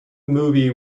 movie